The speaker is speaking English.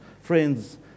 Friends